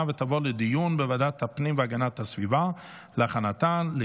לוועדת הפנים והגנת הסביבה נתקבלה.